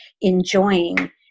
enjoying